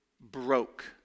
Broke